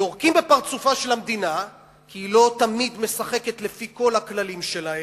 יורקים בפרצופה של המדינה כי לא תמיד היא משחקת לפי כל הכללים שלהם,